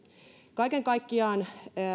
kaiken kaikkiaan